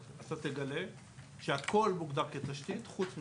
אתה תגלה שהכל מוגדר כתשתית חוץ מגז.